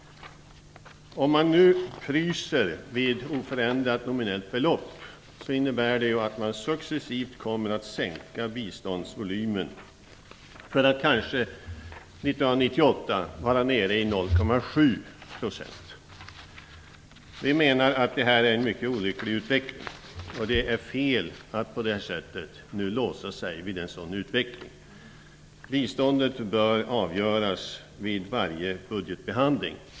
Om man fryser biståndet vid oförändrat nominellt belopp innebär det att man successivt kommer att sänka biståndsvolymen, för att kanske 1998 vara nere i 0,7 %. Vi menar att det är en mycket olycklig utveckling, och det är fel att på det sättet låsa sig vid en sådan utveckling. Biståndet bör avgöras vid varje budgetbehandling.